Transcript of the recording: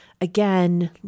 Again